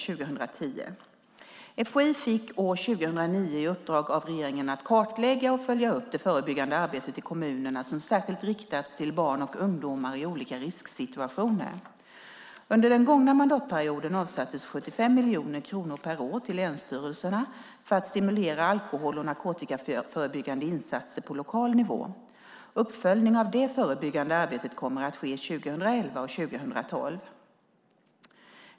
FHI fick år 2009 i uppdrag av regeringen att kartlägga och följa upp det förebyggande arbetet i kommunerna som särskilt riktas till barn och ungdomar i olika risksituationer. Under den gångna mandatperioden avsattes 75 miljoner kronor per år till länsstyrelserna för att stimulera alkohol och narkotikaförebyggande insatser på lokal nivå. Uppföljning av det förebyggande arbetet kommer att ske 2011 och 2012.